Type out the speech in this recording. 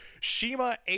Shima